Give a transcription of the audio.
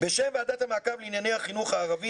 "בשם ועדת המעקב לענייני החינוך הערבי,